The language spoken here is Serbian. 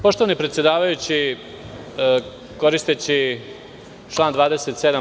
Poštovani predsedavajući, koristeći član 27.